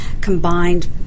combined